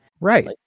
right